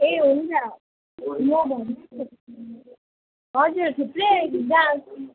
ए हुन्छ म भन्छु नि हजुर थुप्रै